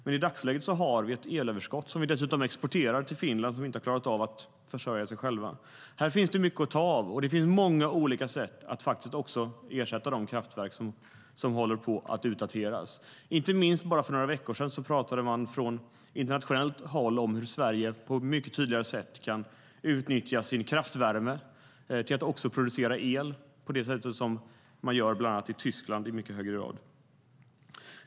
Men i dagsläget har vi ett elöverskott, som vi dessutom exporterar till Finland, som inte klarat av att försörja sig själva. Här finns det mycket att ta av, och det finns många olika sätt att ersätta de kraftverk som håller på att utdateras. Inte minst pratade man bara för några veckor sedan från internationellt håll om hur Sverige på ett mycket tydligare sätt kan utnyttja sin kraftvärme till att producera el på det sätt som man gör bland annat i Tyskland i mycket högre grad.